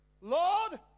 Lord